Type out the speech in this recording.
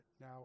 now